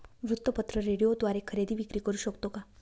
वृत्तपत्र, रेडिओद्वारे खरेदी विक्री करु शकतो का?